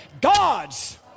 God's